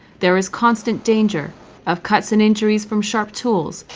there is constant danger of cuts and injuries from sharp tools,